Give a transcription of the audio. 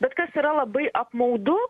bet kas yra labai apmaudu